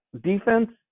defense